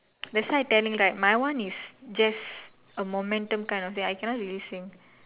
that's why tell you right my one is just a momentum kind of thing I cannot really sing